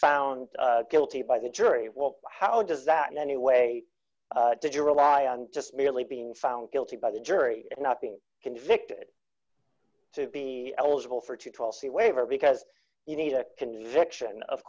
found guilty by the jury what how does that in any way did you rely on just merely being found guilty by the jury not being convicted to be eligible for to see waiver because you need a conviction of